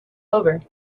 over